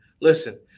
Listen